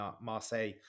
Marseille